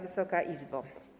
Wysoka Izbo!